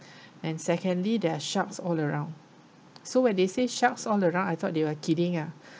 and secondly there are sharks all around so when they say sharks all around I thought they were kidding ah